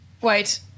wait